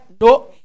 No